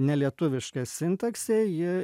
nelietuviška sintaksė ji